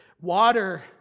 water